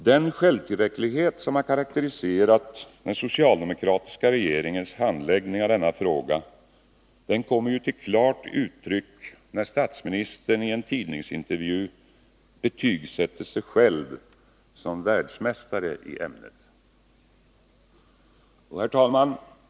Den självtillräcklighet som har karakteriserat den socialdemokratiska regeringens handläggning av denna fråga kommer till klart uttryck när statsministern i en tidningsintervju betygsätter sig själv som världsmästare i ämnet.